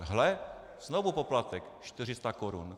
Hle, znovu poplatek 400 korun.